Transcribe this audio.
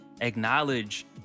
acknowledge